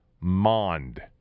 Mond